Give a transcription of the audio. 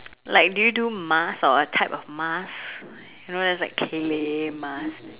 like do you do mask or a type of mask you know there's like clay mask